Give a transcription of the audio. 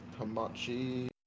Hamachi